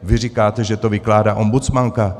Vy říkáte, že to vykládá ombudsmanka.